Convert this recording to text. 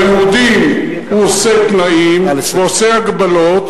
ליהודים הוא עושה תנאים ועושה הגבלות,